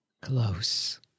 Close